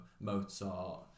Mozart